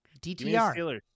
DTR